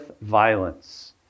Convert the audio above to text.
violence